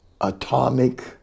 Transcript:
atomic